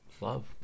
love